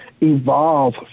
evolve